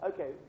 Okay